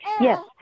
Yes